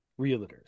realtors